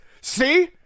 see